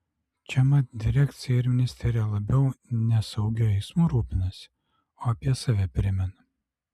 čia mat direkcija ir ministerija labiau ne saugiu eismu rūpinasi o apie save primena